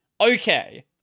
Okay